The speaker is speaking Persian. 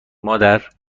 مادر